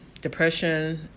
depression